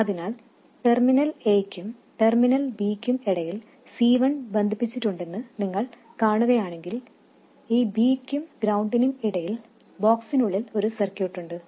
അതിനാൽടെർമിനൽ Aയ്ക്കും terminal B യ്ക്കും ഇടയിൽ C1 ബന്ധിപ്പിച്ചിട്ടുണ്ടെന്ന് നിങ്ങൾ കാണുകയാണെങ്കിൽ ഈ B യ്ക്കും ഗ്രൌണ്ടിനും ഇടയിൽ ബോക്സിനുള്ളിൽ ഒരു സർക്യൂട്ട് ഉണ്ട്